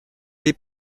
les